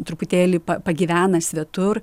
truputėlį pagyvena svetur